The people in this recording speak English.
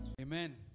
Amen